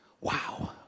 wow